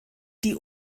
die